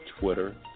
Twitter